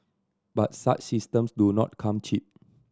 but such systems do not come cheap